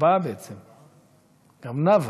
ארבעה בעצם, גם נאוה.